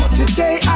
today